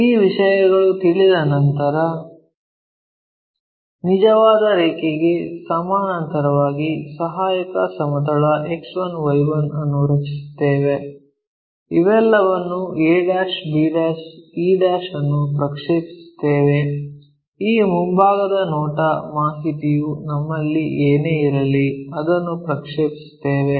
ಈ ವಿಷಯಗಳು ತಿಳಿದ ನಂತರ ನಿಜವಾದ ರೇಖೆಗೆ ಸಮಾನಾಂತರವಾಗಿ ಸಹಾಯಕ ಸಮತಲ X1 Y1 ಅನ್ನು ರಚಿಸುತ್ತೇವೆ ಇವೆಲ್ಲವನ್ನೂ a' b e ಅನ್ನು ಪ್ರಕ್ಷೇಪಿಸುತ್ತೇವೆ ಈ ಮುಂಭಾಗದ ನೋಟ ಮಾಹಿತಿಯು ನಮ್ಮಲ್ಲಿ ಏನೇ ಇರಲಿ ಅದನ್ನು ಪ್ರಕ್ಷೇಪಿಸುತ್ತೇವೆ